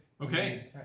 Okay